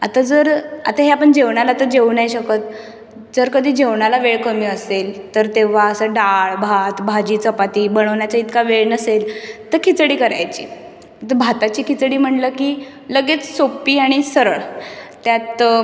आता जर आता हे आपण जेवणाला तर जेवू नाही शकत जर कधी जेवणाला वेळ कमी असेल तर तेव्हा असं डाळ भात भाजी चपाती बनवण्याचा इतका वेळ नसेल तर खिचडी करायची भाताची खिचडी म्हणलं की लगेच सोपी आणि सरळ त्यात